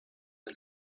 and